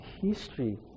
history